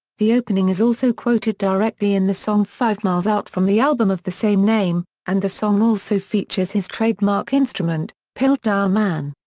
the opening is also quoted directly in the song five miles out from the album of the same name, and the song also features his trademark instrument, piltdown man.